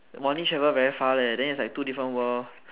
monthly travel very far leh then it's like two different world